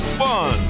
fun